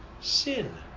sin